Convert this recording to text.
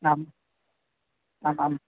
आम् आम् आं